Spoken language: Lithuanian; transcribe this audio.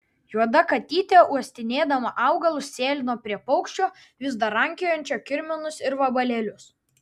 juoda katytė uostinėdama augalus sėlino prie paukščio vis dar rankiojančio kirminus ir vabalėlius